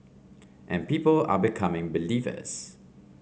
and people are becoming believers